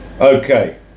Okay